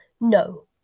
No